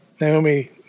Naomi